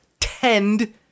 tend